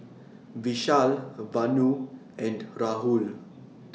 Vishal Vanu and Rahul